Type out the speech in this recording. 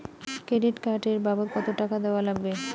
Credit card এর বাবদ কতো টাকা দেওয়া লাগবে?